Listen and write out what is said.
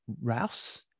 Rouse